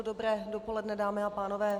Dobré dopoledne, dámy a pánové.